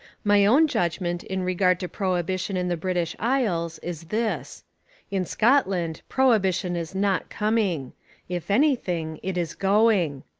my own judgment in regard to prohibition in the british isles is this in scotland, prohibition is not coming if anything, it is going.